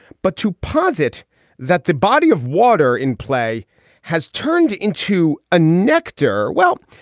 but to posit that the body of water in play has turned into a nektar, well,